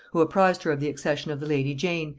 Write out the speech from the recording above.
who apprized her of the accession of the lady jane,